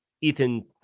Ethan